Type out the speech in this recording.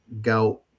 gout